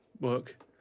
work